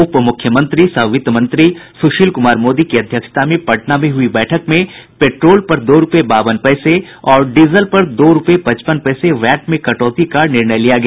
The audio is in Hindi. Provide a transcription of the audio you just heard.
उप मुख्यमंत्री सह वित्त मंत्री सुशील कुमार मोदी की अध्यक्षता में पटना में हुई बैठक में पेट्रोल पर दो रूपये बावन पैसे और डीजल पर दो रूपये पचपन पैसे वैट में कटौता का निर्णय लिया गया